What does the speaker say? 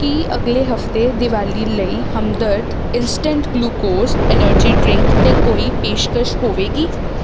ਕੀ ਅਗਲੇ ਹਫਤੇ ਦੀਵਾਲੀ ਲਈ Hamdard instant glucose energy drink 'ਤੇ ਕੋਈ ਪੇਸ਼ਕਸ਼ ਹੋਵੇਗੀ